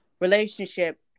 relationship